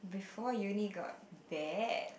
before uni got bad